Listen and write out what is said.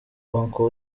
uncle